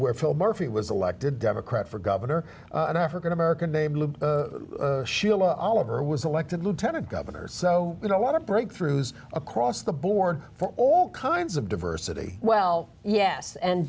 where phil murphy was elected democrat for governor an african american mayor sheila oliver was elected lieutenant governor so you don't want to breakthroughs across the board for all kinds of diversity well yes and